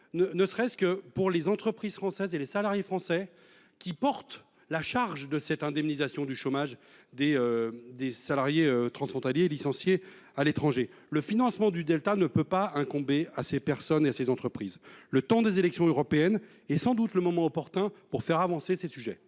que par respect pour les entreprises françaises et leurs salariés qui portent la charge de cette indemnisation du chômage des travailleurs transfrontaliers licenciés à l’étranger. Le financement de l’écart ne peut pas incomber à ces personnes et à ces entreprises. Les élections européennes constituent sans doute un moment opportun pour faire avancer ce sujet.